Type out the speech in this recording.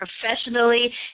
professionally